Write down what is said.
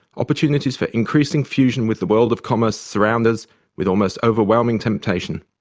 opportunities for increasing fusion with the world of commerce surround us with almost overwhelming temptation.